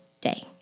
day